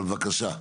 אבל בבקשה,